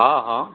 हा हा